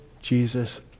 Jesus